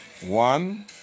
One